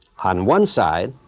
on one side,